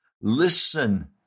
Listen